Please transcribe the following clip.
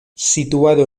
situado